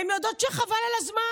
הן יודעות שחבל על הזמן.